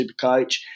Supercoach